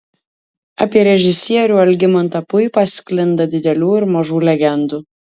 apie režisierių algimantą puipą sklinda didelių ir mažų legendų